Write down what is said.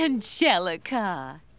Angelica